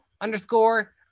underscore